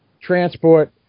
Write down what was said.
transport